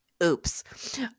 Oops